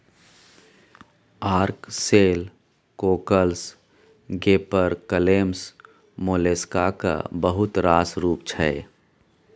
ark shell, cockles, गेपर clams मोलेस्काक बहुत रास रुप छै